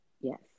Yes